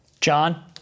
John